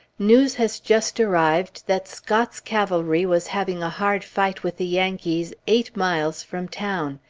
news has just arrived that scott's cavalry was having a hard fight with the yankees eight miles from town.